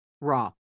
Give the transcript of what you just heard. raw